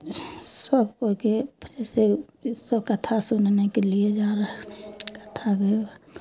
सब कोइके फिर से कथा सुननेके लिए कथाके